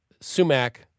sumac